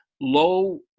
low